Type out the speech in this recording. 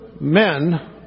men